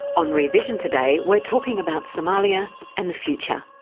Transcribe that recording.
on rear vision today we're talking about somalia and the future.